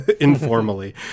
informally